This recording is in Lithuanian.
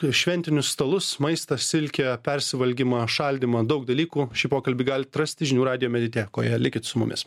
šventinius stalus maistą silkę persivalgymą šaldymą daug dalykų šį pokalbį galit rasti žinių radijo mediatekoje likit su mumis